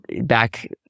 back